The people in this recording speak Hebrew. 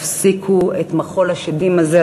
תפסיקו את מחול השדים הזה,